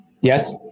Yes